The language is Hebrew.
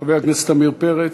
חבר הכנסת עמיר פרץ.